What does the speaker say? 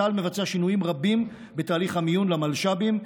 צה"ל מבצע שינויים רבים בתהליך המיון למלש"בים,